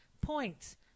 Points